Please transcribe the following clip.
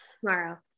tomorrow